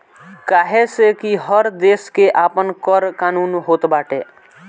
काहे से कि हर देस के आपन कर कानून होत बाटे